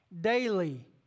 daily